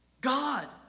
God